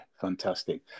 Fantastic